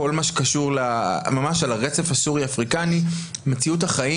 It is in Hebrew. כל מה שממש על הרצף הסורי-אפריקני מציאות החיים